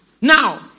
Now